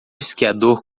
esquiador